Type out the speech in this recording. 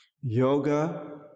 Yoga